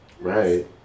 right